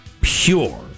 pure